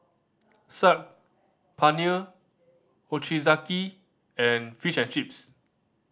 Saag Paneer Ochazuke and Fish and Chips